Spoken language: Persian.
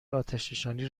آتشنشانی